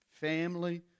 family